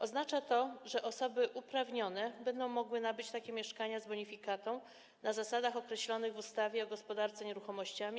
Oznacza to, że osoby uprawnione będą mogły nabyć takie mieszkania z bonifikatą, na zasadach określonych w ustawie o gospodarce nieruchomościami.